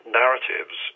narratives